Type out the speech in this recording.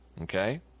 Okay